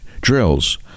drills